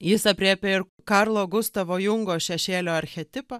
jis aprėpia ir karlo gustavo jungo šešėlio archetipą